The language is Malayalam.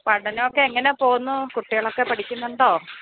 പഠനമൊക്കെ എങ്ങനെ പോകുന്നു കുട്ടികളൊക്കെ പഠിക്കുന്നുണ്ടോ